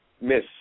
miss